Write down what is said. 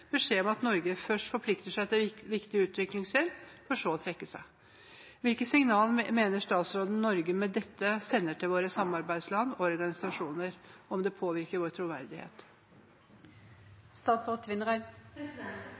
beskjed om at Norge først forplikter seg til viktig utviklingshjelp, for så å trekke seg. Hvilke signal mener statsråden at Norge med dette sender til våre samarbeidsland og organisasjoner, og påvirker det vår